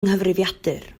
nghyfrifiadur